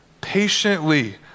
Patiently